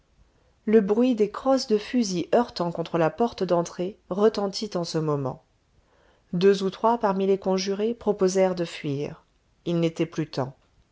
le bruit des crosses de fusil heurtant contre la porte d'entrée retentit en ce moment deux ou trois parmi les conjurés proposèrent de fuir il n'était plus temps